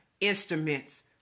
instruments